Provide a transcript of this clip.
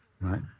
right